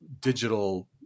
digital